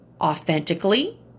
authentically